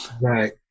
right